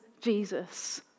Jesus